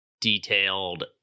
detailed